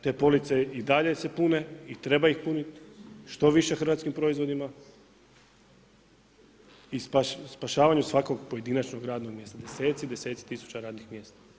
Te police i dalje se pune i treba ih puniti, što više hrvatskim proizvodima i spašavanju svakog pojedinačnog radnog mjesta, deseci i deseci tisuća radnih mjesta.